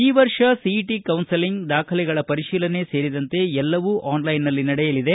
ಈ ವರ್ಷ CET counselling ದಾಖಲೆಗಳ ಪರಿಶೀಲನೆ ಸೇರಿದಂತೆ ಎಲ್ಲವೂ ಆನ್ಲ್ಟೆನ್ ನಲ್ಲಿ ನಡೆಯಲಿದೆ